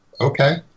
okay